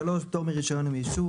3.פטור מרישיון או מאישור.